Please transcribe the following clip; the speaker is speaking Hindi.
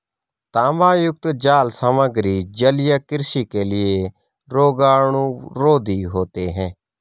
तांबायुक्त जाल सामग्री जलीय कृषि के लिए रोगाणुरोधी होते हैं